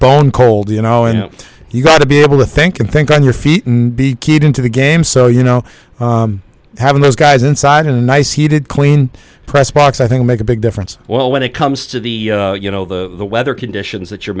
bone cold you know and you've got to be able to think and think on your feet and be keyed into the game so you know having those guys inside in a nice heated clean press box i think make a big difference well when it comes to the you know the weather conditions that you're